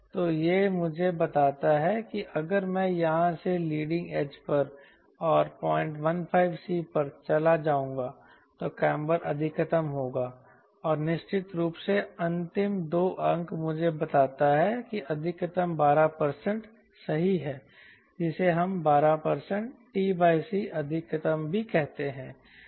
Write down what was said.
तो यह मुझे बताता है कि अगर मैं यहां से लीडिंग एज पर और 015c पर चला जाऊंगा तो कॉम्बर अधिकतम होगा और निश्चित रूप से अंतिम 2 अंक मुझे बताता है कि अधिकतम 12 सही है जिसे हम 12 t c अधिकतम भी कहते हैं